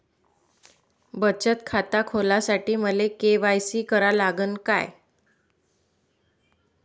बचत खात खोलासाठी मले के.वाय.सी करा लागन का?